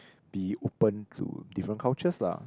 be open to different cultures lah